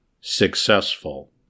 successful